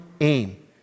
aim